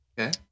Okay